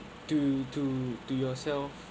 to to to yourself